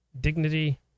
dignity